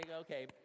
Okay